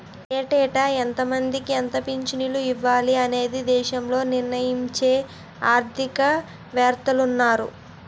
ఏటేటా ఎంతమందికి ఎంత పింఛను ఇవ్వాలి అనేది దేశంలో నిర్ణయించే ఆర్థిక వేత్తలున్నారు